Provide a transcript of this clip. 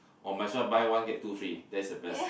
or must what buy one get two free that is the best lah